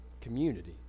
community